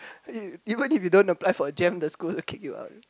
even if you don't apply for a jam the school also kick you out